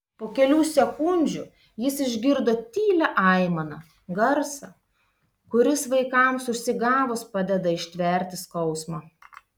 po kelių sekundžių jis išgirdo tylią aimaną garsą kuris vaikams užsigavus padeda ištverti skausmą